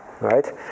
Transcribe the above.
Right